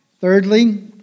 Thirdly